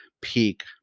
peak